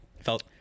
Felt